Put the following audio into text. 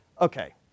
okay